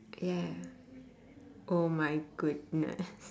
ya oh my goodness